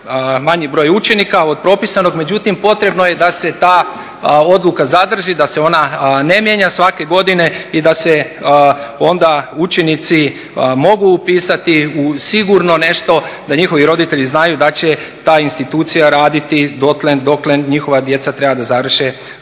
manji broj učenika od propisanog. Međutim, potrebno je da se ta odluka zadrži, da se ona ne mijenja svake godine i da se onda učenici mogu upisati u sigurno nešto, da njihovi roditelji znaju da će ta institucija raditi dotle dok njihova djeca treba da završe